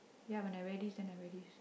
ya when I wear this then I wear this